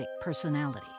personality